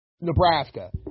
Nebraska